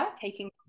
taking